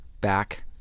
back